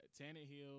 Tannehill